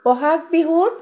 বহাগ বিহুত